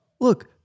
Look